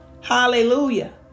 hallelujah